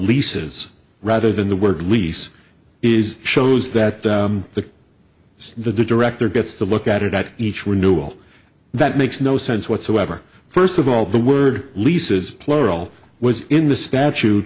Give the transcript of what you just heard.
leases rather than the word lease is shows that the is the director gets to look at it at each were new all that makes no sense whatsoever first of all the word leases plural was in the statute